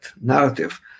narrative